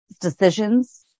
decisions